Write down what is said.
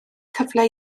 cyfle